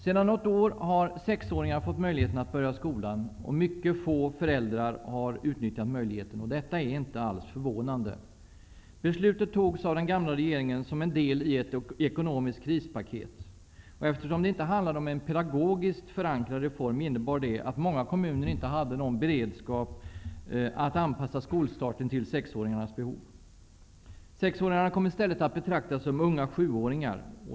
Sedan något år har sexåringar fått möjligheten att börja skolan. Mycket få föräldrar har utnyttjat möjligheten. Detta är inte alls förvånande. Beslutet togs av den gamla regeringen, som en del i ett ekonomiskt krispaket. Eftersom det inte handlade om en pedagogiskt förankrad reform, innebar det att många kommuner inte hade någon beredskap för att anpassa skolstarten till barnens behov. Sexåringarna kom i stället att betraktas som unga sjuåringar.